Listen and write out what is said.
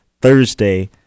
Thursday